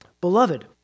beloved